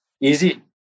easy